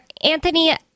Anthony